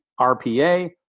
RPA